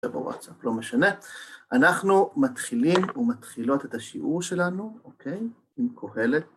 לא משנה, אנחנו מתחילים ומתחילות את השיעור שלנו, אוקיי? עם קהלת.